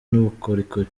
n’ubukorikori